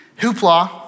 Hoopla